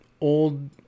Old